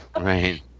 right